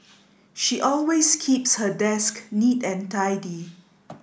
she always keeps her desk neat and tidy